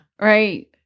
Right